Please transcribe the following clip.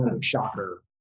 Shocker